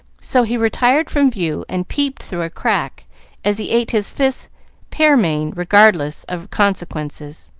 so he retired from view and peeped through a crack as he ate his fifth pearmain, regardless of consequences.